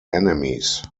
enemies